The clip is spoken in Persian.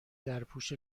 درپوش